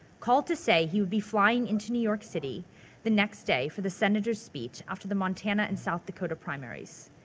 called to say he would be flying into new york city the next day for the senator's speech after the montana and south dakota primaries.